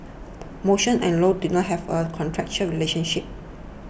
motion and Low did not have a contractual relationship